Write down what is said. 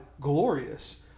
glorious